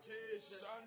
Jesus